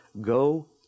go